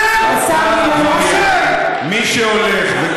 סליחה, אני מבקש ממך, הוא צריך להתנצל.